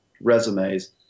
resumes